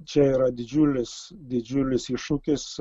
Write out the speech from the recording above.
čia yra didžiulis didžiulis iššūkis